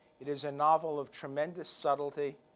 it is a novel of tremendous subtlety,